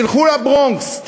תלכו לברונקס,